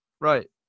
Right